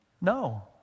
No